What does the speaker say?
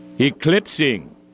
Eclipsing